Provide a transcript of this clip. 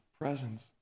presence